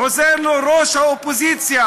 עוזר לו ראש האופוזיציה,